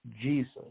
Jesus